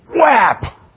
whap